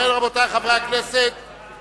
רבותי חברי הכנסת,